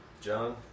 John